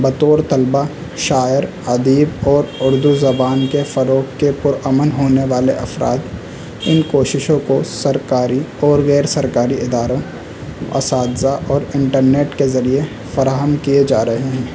بطور طلبا شاعر ادیب اور اردو زبان کے فروغ کے پرامن ہونے والے افراد ان کوششوں کو سرکاری اور غیر سرکاری اداروں اساتذہ اور انٹرنیٹ کے ذریعے فراہم کیے جا رہے ہیں